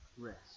rest